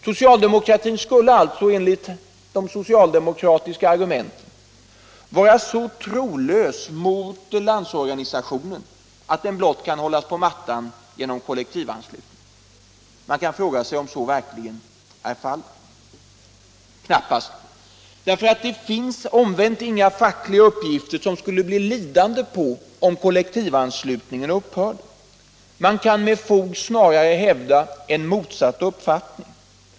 Socialdemokratin skulle alltså enligt de socialdemokratiska argumenten vara så trolös mot Landsorganisationen att den blott kan hållas på mattan genom kollektivanslutning. Det finns emellertid inga fackliga uppgifter som skulle bli lidande om kollektivanslutningen upphörde. Man kan med fog snarare hävda en motsatt uppfattning.